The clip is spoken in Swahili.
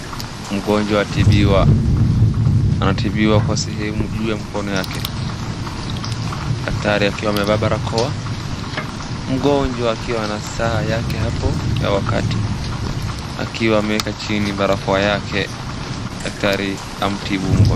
Mgonjwa atibiwa. Anatibiwa kwa sehemu ya juu ya mkono wake. Mgonjwa akiwa na saa yake hapo ya wakati akiwa ameweka chini barakoa yake. Daktari amtibu mgonjwa.